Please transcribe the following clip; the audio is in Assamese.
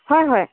হয় হয়